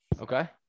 Okay